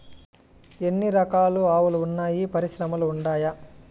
ఎన్ని రకాలు ఆవులు వున్నాయి పరిశ్రమలు ఉండాయా?